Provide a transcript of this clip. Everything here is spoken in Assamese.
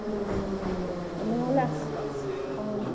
নহ'লে অঁ